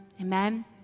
Amen